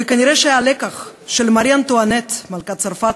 וכנראה הלקח של מרי אנטואנט מלכת צרפת